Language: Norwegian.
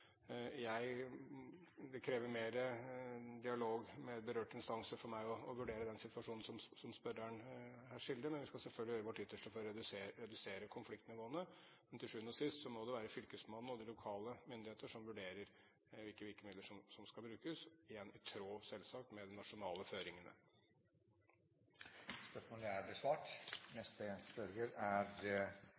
krever mer dialog med berørte instanser for meg for å vurdere den situasjonen som spørreren her skildrer, men vi skal selvfølgelig gjøre vårt ytterste for å redusere konfliktnivåene. Men til sjuende og sist må det være fylkesmannen og de lokale myndigheter som vurderer hvilke virkemidler som skal brukes – i tråd, selvsagt, med de nasjonale føringene.